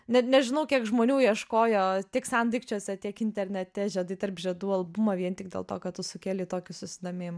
net nežinau kiek žmonių ieškojo tiek sendaikčiuose tiek internete žiedai tarp žiedų albumo vien tik dėl to kad tu sukėlei tokį susidomėjimą